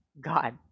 God